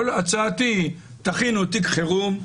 הצעתי היא: תכינו תיק חירום,